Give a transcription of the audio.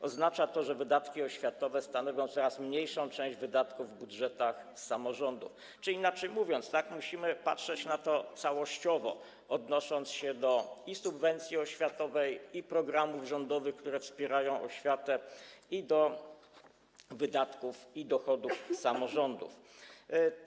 Oznacza to, że wydatki oświatowe stanowią coraz mniejszą część wydatków w budżetach samorządów, czyli inaczej mówiąc, musimy patrzeć na to całościowo, odnosząc się i do subwencji oświatowej, i do programów rządowych, które wspierają oświatę, i do wydatków i dochodów samorządów.